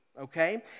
okay